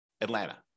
Atlanta